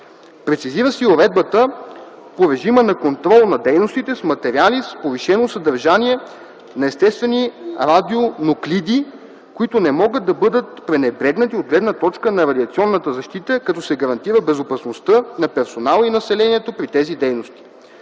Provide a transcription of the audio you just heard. Прецизира се и уредбата по режима на контрол на дейностите с материали с повишено съдържание на естествени радионуклиди, които не могат да бъдат пренебрегнати от гледна точка на радиационната защита, като се гарантира безопасността на персонала и населението при тези дейности.